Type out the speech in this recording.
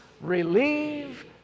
relieve